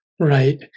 Right